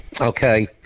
okay